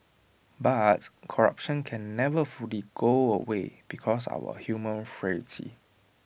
but corruption can never fully go away because of our human frailty